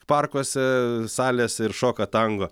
parkuose salėse ir šoka tango